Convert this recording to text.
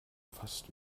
fast